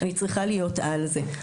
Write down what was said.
אני צריכה להיות על זה,